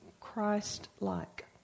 Christ-like